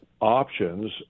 options